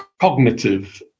cognitive